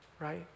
right